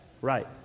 right